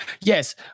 yes